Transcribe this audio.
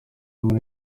muri